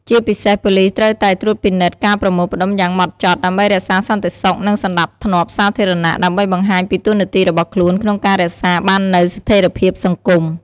ជាពិសេស ប៉ូលិសត្រូវតែត្រួតពិនិត្យការប្រមូលផ្ដុំយ៉ាងម៉ត់ចត់ ដើម្បីរក្សាសន្តិសុខ និងសណ្តាប់ធ្នាប់សាធារណៈ ដើម្បីបង្ហាញពីតួនាទីរបស់ខ្លួនក្នុងការរក្សាបាននូវស្ថេរភាពសង្គម។